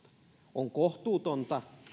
on kohtuutonta